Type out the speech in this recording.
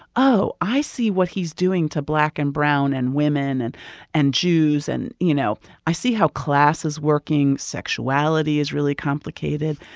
oh, i see what he's doing to black and brown and women and and jews. and, you know, i see how class is working. sexuality is really complicated.